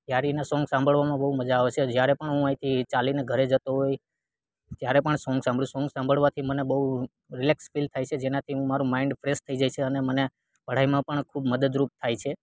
યારીના song સાંભળવામાં બહુ મજા આવે છે જ્યારે પણ હું અહીંથી ચાલીને ઘરે જતો હોય ત્યારે પણ સોંગ સાંભળું સોંગ સાંભળવાથી મને બહુ રિલેક્સ ફિલ થાય છે જેનાથી હું મારું માઇન્ડ ફ્રેશ થઈ જાય છે અને મને પઢાઈમાં પણ ખૂબ મદદરૂપ થાય છે